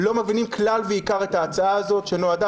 לא מבינים כלל ועיקר את ההצעה הזאת שנועדה,